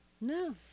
No